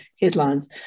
headlines